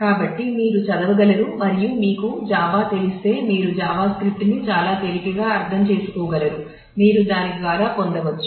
కాబట్టి మీరు చదవగలరు మరియు మీకు జావా తెలిస్తే మీరు జావా స్క్రిప్ట్ ని చాలా తేలికగా అర్థం చేసుకోగలుగుతారు మీరు దాని ద్వారా పొందవచ్చు